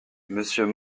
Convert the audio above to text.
monsieur